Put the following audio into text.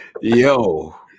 Yo